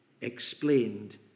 explained